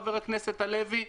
חבר הכנסת הלוי,